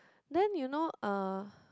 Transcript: then you know uh